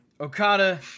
Okada